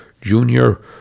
Junior